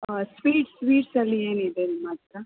sweets ಸ್ವೀಟ್ಸಲ್ಲಿ ಏನಿದೆ ನಿಮ್ಮ ಹತ್ರ